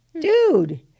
dude